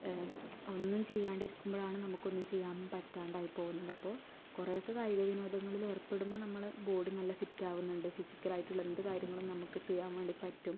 ഒന്നും ചെയ്യാണ്ടിരിക്കുമ്പഴാണ് നമുക്കൊന്നും ചെയ്യാൻ പറ്റാണ്ടായി പോകുന്നത് അപ്പോൾ കുറേ ഒക്കെ കായികവിനോദങ്ങളിൽ ഏർപ്പെടുമ്പോൾ നമ്മൾ ബോഡി നല്ല ഫിറ്റാവുന്നുണ്ട് ഫിസിക്കലായിട്ടുള്ള എന്ത് കാര്യങ്ങളും നമുക്ക് ചെയ്യാൻ വേണ്ടി പറ്റും